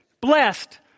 blessed